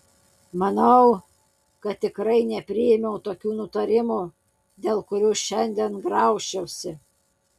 manau kad tikrai nepriėmiau tokių nutarimų dėl kurių šiandien graužčiausi